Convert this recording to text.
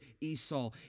Esau